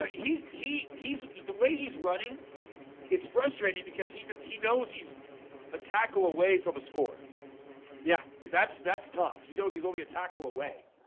ah he he's the way he's running it's frustrating because he he knows he's a tackle away from a score yeah, that's that's tough. he knows he's only a tackle away